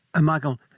Michael